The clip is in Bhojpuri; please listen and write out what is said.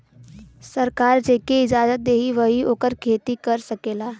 सरकार जेके इजाजत देई वही ओकर खेती कर सकेला